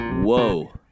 Whoa